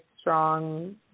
strong